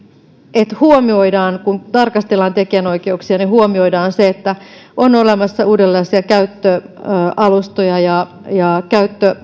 että kun tarkastellaan tekijänoikeuksia niin huomioidaan se että on olemassa uudenlaisia käyttöalustoja ja ja